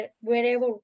wherever